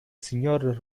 signor